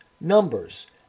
numbers